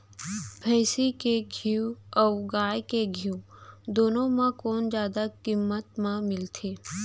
भैंसी के घीव अऊ गाय के घीव दूनो म कोन जादा किम्मत म मिलथे?